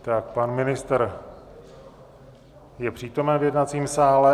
Tak pan ministr je přítomen v jednacím sále.